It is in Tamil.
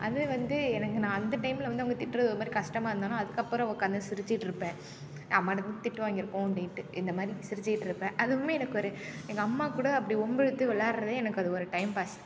அது வந்து எனக்கு நான் அந்த டைம்ல வந்து அவங்க திட்டுறது ஒருமாதிரி கஷ்டமாக இருந்தாலும் அதுக்கப்புறம் உக்காந்து சிரிச்சிக்கிட்டிருப்பேன் அம்மாகிட்டதானே திட்டு வாங்கியிருக்கோம் அப்படின்ட்டு இந்தமாதிரி சிரிச்சிக்கிட்டிருப்பேன் அதுவுமே எனக்கு ஒரு எங்கள் அம்மாக்கூட அப்படி வம்பிழித்து விளையாடுறதே எனக்கு அது ஒரு டைம் பாஸ்